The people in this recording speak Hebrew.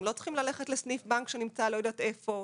הם לא צריכים ללכת לסניף בנק שנמצא לא יודעת איפה,